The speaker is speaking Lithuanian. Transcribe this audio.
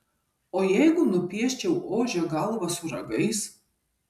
o jeigu nupieščiau ožio galvą su ragais